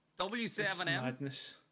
W7M